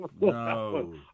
no